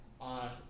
on